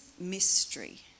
mystery